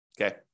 Okay